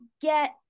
get